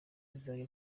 zizajya